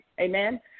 Amen